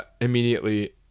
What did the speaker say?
immediately